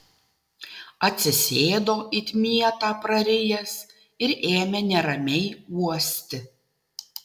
atsisėdo it mietą prarijęs ir ėmė neramiai uosti